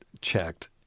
checked